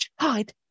Hide